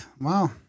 Wow